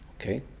Okay